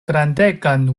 grandegan